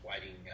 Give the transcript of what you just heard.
waiting